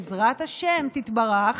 בעזרת השם תתברך